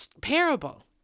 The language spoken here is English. parable